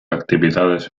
actividades